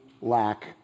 lack